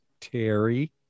Terry